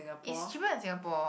is cheaper in Singapore